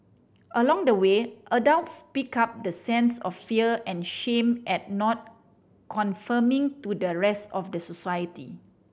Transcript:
along the way adults pick up the sense of fear and shame at not conforming to the rest of the society